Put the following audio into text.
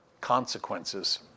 consequences